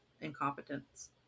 incompetence